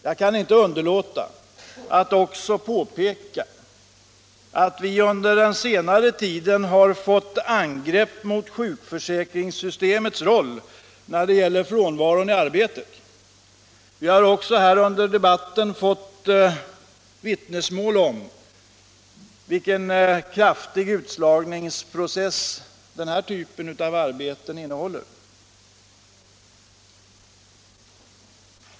Jag kan inte underlåta att också påpeka att det under senare tid har gjorts angrepp på sjukförsäkringssystemets roll när det gäller frånvaron i arbetet. Vi har också här under debatten fått vittnesmål om vilken kraftig utslagningsprocess den här typen av arbete innehåller.